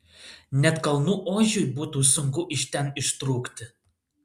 net kalnų ožiui būtų sunku iš ten ištrūkti